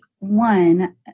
One